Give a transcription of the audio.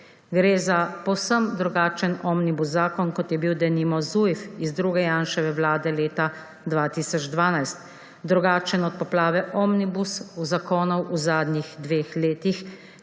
Gre za povsem drugačen omnibus zakon, kot je bil denimo ZUJF, iz druge Janševe vlade leta 2012, drugačen od poplave omnibus zakonov v zadnjih dveh letih,